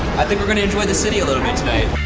i think we're gonna enjoy the city a little bit tonight.